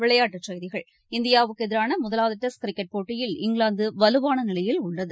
விளையாட்டுச் செய்திகள் இந்தியாவுக்குஎதிரானமுதலாவதுடெஸ்ட் கிரிக்கெட் போட்டியில் இங்கிலாந்துவலுவானநிலையில் உள்ளது